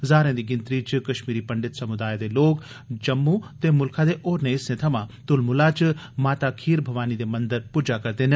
हजारें दी गिनतरी च कश्मीरी पंडित समुदाय दे लोक जम्मू ते मुल्खै दे होरनें हिस्सें थमां तुलमुला च माता खीर भवानी दे मंदर पुज्जा करदे न